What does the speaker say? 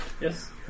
Yes